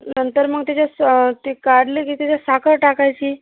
नंतर मग त्याच्यात स् ती काढली की त्याच्यात साखर टाकायची